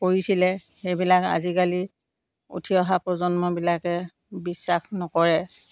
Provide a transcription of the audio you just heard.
কৰিছিলে সেইবিলাক আজিকালি উঠি অহা প্ৰজন্মবিলাকে বিশ্বাস নকৰে